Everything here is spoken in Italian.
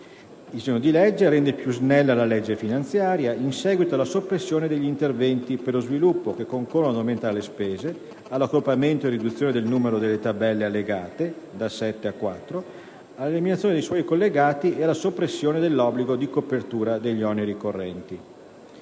rende inoltre più snella la legge finanziaria in seguito alla soppressione degli interventi per lo sviluppo che concorrono ad aumentare le spese, all'accorpamento e alla riduzione del numero delle tabelle allegate (da sette a quattro), all'eliminazione dei suoi collegati e alla soppressione dell'obbligo di copertura degli oneri correnti.